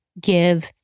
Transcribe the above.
give